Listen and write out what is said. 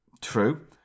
True